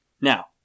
now